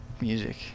music